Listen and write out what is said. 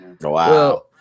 Wow